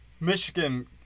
Michigan